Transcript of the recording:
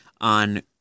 on